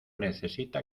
necesita